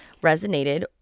resonated